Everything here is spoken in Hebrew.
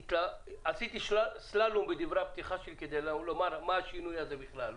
עשיתי סללום בדברי הפתיחה שלי כדי לומר מה השינוי הזה בכלל.